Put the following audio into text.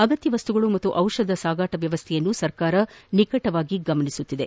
ಅಗತ್ಯ ವಸ್ತುಗಳು ಮತ್ತು ಜಿಷಧಗಳ ಸಾಗಾಟ ವ್ಯವಸ್ಥೆಯನ್ನು ಸರ್ಕಾರ ನಿಕಟವಾಗಿ ಗಮನಿಸುತ್ತಿದೆ